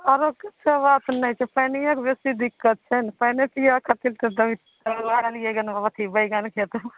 आरो के तऽ बात नहि छै पानिएके बेसी दिक्कत छै ने पानिए पीअ खातिर तऽ अथि बैगनके तरुआ